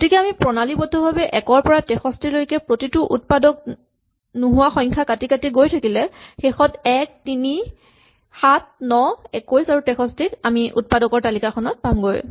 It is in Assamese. গতিকে আমি প্ৰণালীবদ্ধভাৱে ১ ৰ পৰা ৬৩ লৈকে প্ৰতিটো উৎপাদক নোহোৱা সংখ্যাক কাটি কাটি গৈ থাকিলে শেষত ১ ৩ ৭ ৯ ২১ আৰু ৬৩ ক আমি উৎপাদকৰ তালিকাখনত পামগৈ